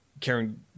Karen